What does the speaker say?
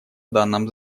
данном